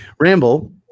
Ramble